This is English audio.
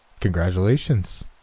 Congratulations